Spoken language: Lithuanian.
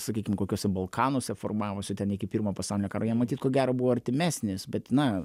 sakykim kokiuose balkanuose formavosi ten iki pirmo pasaulinio karo jam matyt ko gero buvo artimesnis bet na